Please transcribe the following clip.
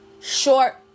short